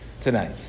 Tonight